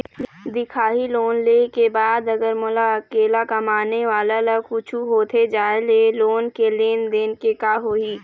दिखाही लोन ले के बाद अगर मोला अकेला कमाने वाला ला कुछू होथे जाय ले लोन के लेनदेन के का होही?